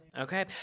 Okay